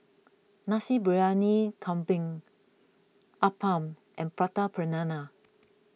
Nasi Briyani Kambing Appam and Prata Banana